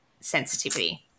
sensitivity